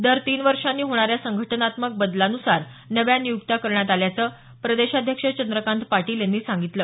दर तीन वर्षांनी होणाऱ्या संघटनात्मक बदलांनुसार नव्या नियुक्त्या करण्यात आल्याचं प्रदेशाध्यक्ष चंद्रकांत पाटील यांनी सांगितलं